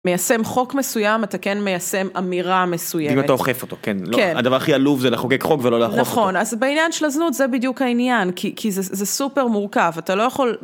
מיישם חוק מסוים, אתה כן מיישם אמירה מסוימת. אם אתה אוכף אותו, כן. כן. הדבר הכי עלוב זה לחוקק חוק ולא לאכוף אותו. נכון, אז בעניין של הזנות זה בדיוק העניין, כי זה סופר מורכב, אתה לא יכול...